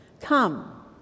Come